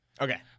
Okay